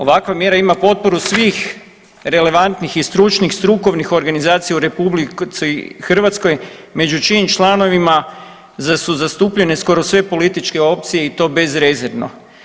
Ovakva mjera ima potporu svih relevantnih i stručnih i strukovnih organizacija u RH među čijim članovima su zastupljene skoro sve političke opcije i to bezrezervno.